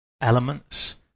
elements